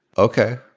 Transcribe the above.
ok.